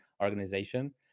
organization